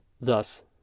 thus